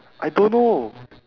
I don't know